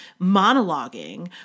monologuing